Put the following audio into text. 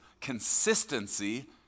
consistency